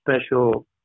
special